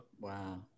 Wow